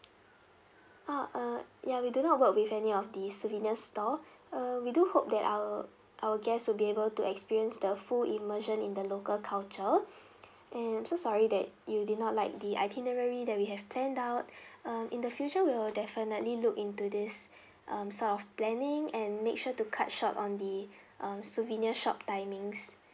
oh uh ya we do not work with any of the souvenirs store uh we do hope that our our guest will be able to experience the full immersion in the local culture and I'm so sorry that you did not like the itinerary that we have planned out um in the future we will definitely look into this um sort of planning and make sure to cut short on the um souvenir shop timings